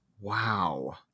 Wow